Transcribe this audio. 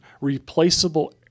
replaceable